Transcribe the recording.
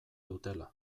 dutela